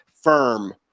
Firm